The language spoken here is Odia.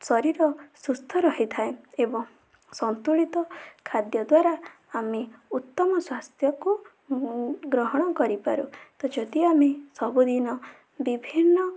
ଶରୀର ସୁସ୍ଥ ରହିଥାଏ ଏବଂ ସନ୍ତୁଳିତ ଖାଦ୍ୟଦ୍ଵାରା ଆମେ ଉତ୍ତମ ସ୍ୱାସ୍ଥ୍ୟକୁ ଗ୍ରହଣ କରିପାରୁ ତ ଯଦି ଆମେ ସବୁଦିନ ବିଭିନ୍ନ